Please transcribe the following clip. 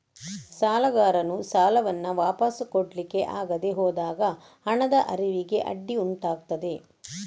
ಸಾಲಗಾರರು ಸಾಲವನ್ನ ವಾಪಸು ಕೊಡ್ಲಿಕ್ಕೆ ಆಗದೆ ಹೋದಾಗ ಹಣದ ಹರಿವಿಗೆ ಅಡ್ಡಿ ಉಂಟಾಗ್ತದೆ